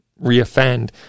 reoffend